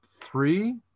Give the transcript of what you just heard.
three